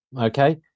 Okay